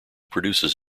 produces